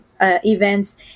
events